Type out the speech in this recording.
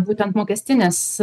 būtent mokestinės